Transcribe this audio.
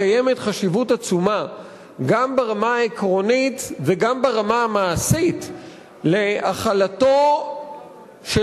קיימת חשיבות עצומה גם ברמה העקרונית וגם ברמה המעשית להחלתו של